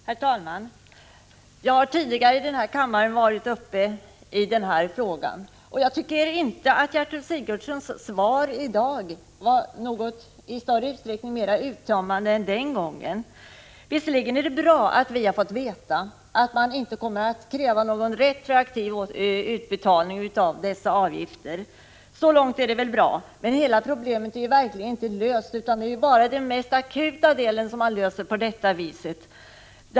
Herr talman! Jag har tidigare i den här kammaren deltagit i debatten i denna fråga. Jag tycker inte att Gertrud Sigurdsens svar var mera uttömmande än tidigare. Visserligen är det bra att vi har fått veta att man inte kommer att kräva någon retroaktiv utbetalning av arbetsgivaravgifterna. Så långt är det bra. Men hela problemet är verkligen inte löst, utan bara den mest akuta delen har lösts på detta vis.